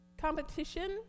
Competition